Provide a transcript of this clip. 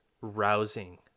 rousing